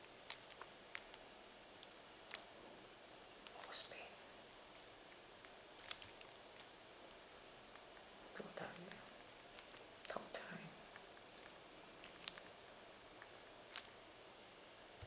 postpaid talktime